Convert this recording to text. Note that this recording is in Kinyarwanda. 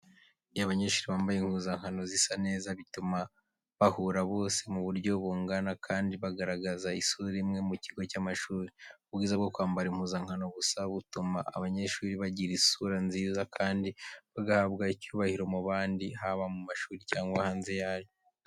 Iyo abanyeshuri bambaye impuzankano zisa neza, bituma bahura bose mu buryo bungana kandi bagaragaza isura imwe mu kigo cy’amashuri. Ubwiza bwo kwambara impuzankano busa butuma abanyeshuri bagira isura nziza kandi bagahabwa icyubahiro mu bandi, haba mu mashuri cyangwa hanze yayo.